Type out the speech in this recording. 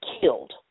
killed